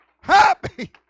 Happy